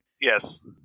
Yes